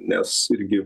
nes irgi